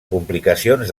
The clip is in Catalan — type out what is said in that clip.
complicacions